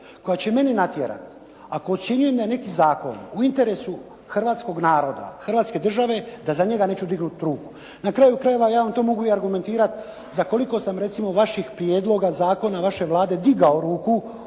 koja će mene natjerati ako ocjenjujem da je neki zakon u interesu Hrvatskog naroda, Hrvatske države, da za njega neću dignut ruku. Na kraju krajeva, ja vam to mogu i argumentirati za koliko sam recimo vaših prijedloga zakona vaše Vlade digao ruku u